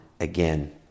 again